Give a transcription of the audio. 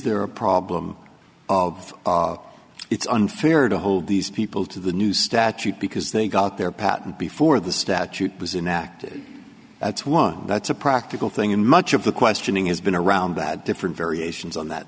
there a problem of it's unfair to hold these people to the new statute because they got their patent before the statute was inactive that's one that's a practical thing in much of the questioning has been around that different variations on that